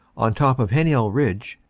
on top of heninel ridge,